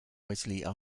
wesley